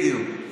בדיוק.